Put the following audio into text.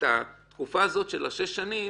את התקופה הזו של שש שנים,